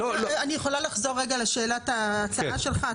אני יכולה לחזור רגע לשאלת ההצעה שלך?